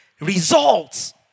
results